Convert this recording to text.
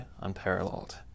unparalleled